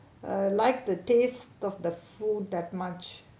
uh like the taste of the food that much